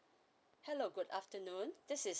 hello good afternoon this is